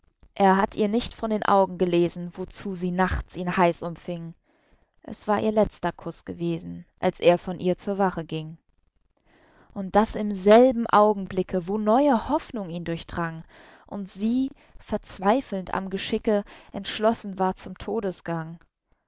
er hatt ihr nicht von den augen gelesen wozu sie nachts ihn heiß umfing es war ihr letzter kuß gewesen als er von ihr zur wache ging und das im selben augenblicke wo neue hoffnung ihn durchdrang und sie verzweifelnd am geschicke entschlossen war zum